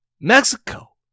Mexico